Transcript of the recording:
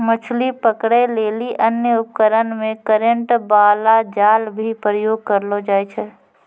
मछली पकड़ै लेली अन्य उपकरण मे करेन्ट बाला जाल भी प्रयोग करलो जाय छै